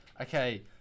okay